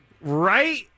Right